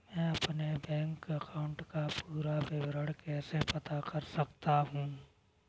मैं अपने bank account का पूरा विवरण कैसे पता कर सकता हूँ?